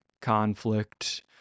conflict